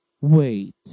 wait